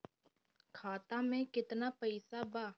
खाता में केतना पइसा बा?